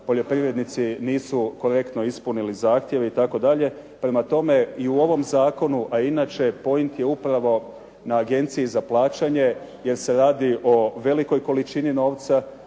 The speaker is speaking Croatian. poljoprivrednici nisu korektno ispunili zahtjeve itd. Prema tome, i u ovom zakonu a i inače point je upravo na Agenciji za plaćanje jer se radi o velikoj količini novca,